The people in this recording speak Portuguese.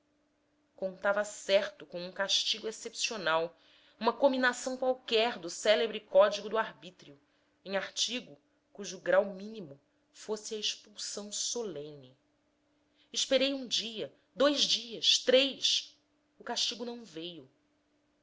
contava certo com um castigo excepcional uma cominação qualquer do célebre código do arbítrio em artigo cujo grau mínimo fosse a expulsão solene esperei um dia dois dias três o castigo não veio